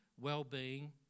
well-being